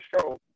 show